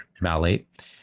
malate